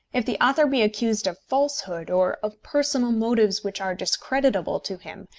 if the author be accused of falsehood or of personal motives which are discreditable to him,